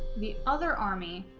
the other army